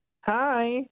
Hi